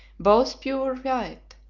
both pure white,